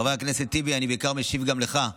חבר הכנסת טיבי, אני משיב גם לך.